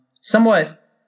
somewhat